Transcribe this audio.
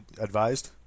advised